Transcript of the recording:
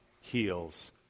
heals